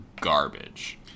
garbage